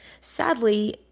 sadly